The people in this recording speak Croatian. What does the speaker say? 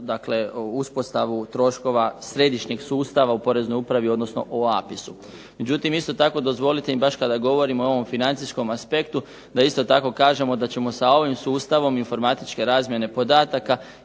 dakle uspostavu troškova središnjeg sustava u poreznoj upravi, odnosno u APIS-u. Međutim isto tako dozvolite mi, baš kada govorim o ovom financijskom aspektu, da isto tako kažemo da ćemo sa ovim sustavom informatičke razmjene podataka